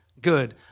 good